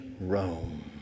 Rome